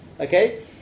Okay